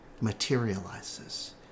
materializes